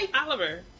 Oliver